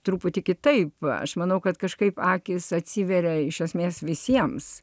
truputį kitaip aš manau kad kažkaip akys atsiveria iš esmės visiems